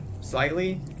slightly